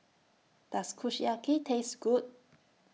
Does Kushiyaki Taste Good